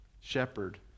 shepherd